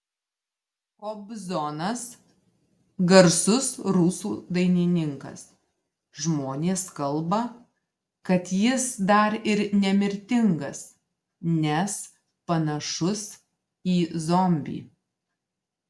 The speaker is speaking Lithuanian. kobzonas garsus rusų dainininkas žmonės kalba kad jis dar ir nemirtingas nes panašus į zombį